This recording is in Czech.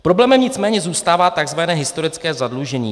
Problémem nicméně zůstává tzv. historické zadlužení.